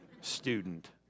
student